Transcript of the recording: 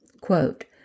Quote